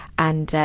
and, ah,